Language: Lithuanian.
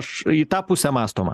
aš į tą pusę mąstoma